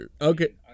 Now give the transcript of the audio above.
Okay